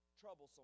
troublesome